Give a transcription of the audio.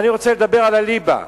אני רוצה לדבר על הליבה,